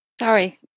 Sorry